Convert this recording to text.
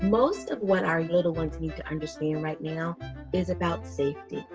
most of what our little ones need to understand right now is about safety.